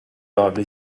lively